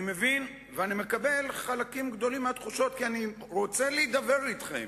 אני מבין ואני מקבל חלקים גדולים מהתחושות כי אני רוצה להידבר אתכם,